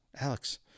alex